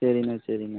சரிண்ண சரிண்ண